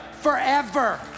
forever